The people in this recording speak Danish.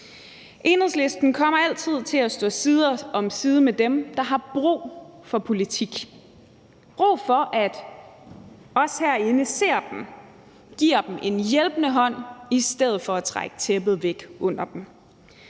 Enhedslisten kommer altid til at stå side om side med dem, der har brug for politik, brug for, at vi herinde ser dem og giver dem en hjælpende hånd i stedet for at trække tæppet væk under dem.